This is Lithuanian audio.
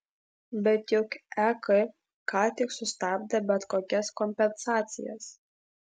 bet juk ek ką tik sustabdė bet kokias kompensacijas